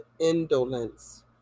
indolence